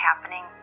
happening